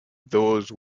those